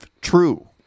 true